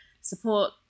support